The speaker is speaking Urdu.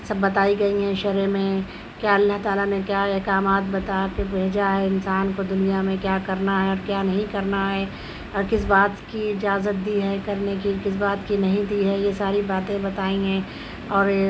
سب بتائی گئی ہیں شرح میں کہ اللّہ تعالیٰ نے کیا احکامات بتا کے بھیجا ہے انسان کو دنیا میں کیا کرنا ہے اور کیا نہیں کرنا ہے اور کس بات کی اجازت دی ہے کرنے کی کس بات کی نہیں دی ہے یہ ساری باتیں بتائی ہیں اور یہ